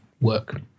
work